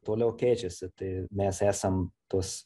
toliau keičiasi tai mes esam tos